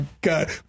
God